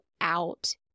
out